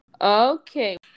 okay